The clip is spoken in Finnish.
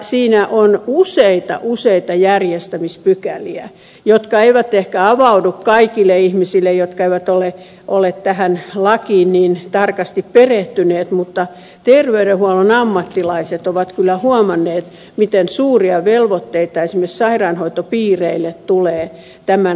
siinä on useita useita järjestämispykäliä jotka eivät ehkä avaudu kaikille ihmisille jotka eivät ole tähän lakiin niin tarkasti perehtyneet mutta terveydenhuollon ammattilaiset ovat kyllä huomanneet miten suuria velvoitteita esimerkiksi sairaanhoitopiireille tulee tämän lain myötä